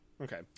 Okay